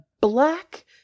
black